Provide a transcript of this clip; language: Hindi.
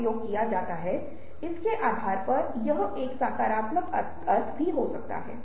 उदासीनता स्पष्ट रूप से आलस्य की तरह दिखती है लेकिन नहीं शायद यह भय या कुछ और द्वारा संचालित है